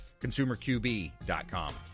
ConsumerQB.com